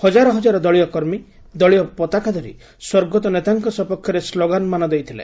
ହଜାର ହଜାର ଦଳୀୟ କର୍ମୀ ଦଳୀୟ ପାତାକା ଧରି ସ୍ୱର୍ଗତ ନେତାଙ୍କ ସପକ୍ଷରେ ସ୍ଲୋଗାନମାନ ଦେଇଥିଲେ